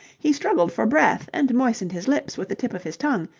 he struggled for breath and moistened his lips with the tip of his tongue,